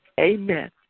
Amen